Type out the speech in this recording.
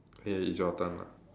K it's your turn lah